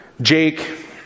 Jake